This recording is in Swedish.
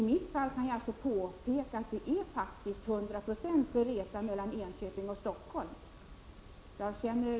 I det fall jag tog upp, nämligen en resa mellan Enköping och Stockholm, är det emellertid fråga om en höjning med 100 96.